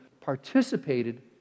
participated